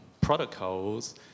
protocols